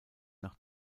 nach